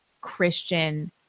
Christian